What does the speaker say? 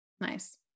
Nice